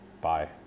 Bye